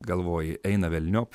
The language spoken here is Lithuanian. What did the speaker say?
galvoji eina velniop